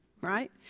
right